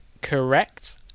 Correct